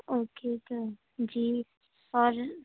okay okay ji اور